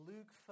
Luke